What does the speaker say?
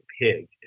Pig